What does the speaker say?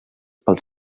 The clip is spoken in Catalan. pels